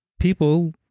people